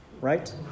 Right